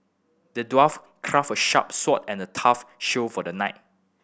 the dwarf crafted a sharp sword and a tough shield for the knight